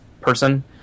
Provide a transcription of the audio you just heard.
person